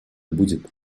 будет